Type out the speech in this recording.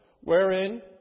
wherein